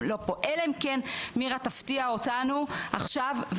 אלא אם כן מירה תפתיע אותנו עכשיו,